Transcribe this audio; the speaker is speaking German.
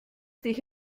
dich